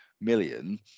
million